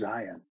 Zion